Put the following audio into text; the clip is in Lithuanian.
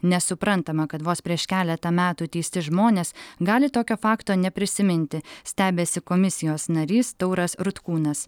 nesuprantama kad vos prieš keletą metų teisti žmonės gali tokio fakto neprisiminti stebisi komisijos narys tauras rutkūnas